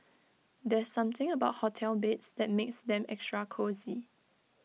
there's something about hotel beds that makes them extra cosy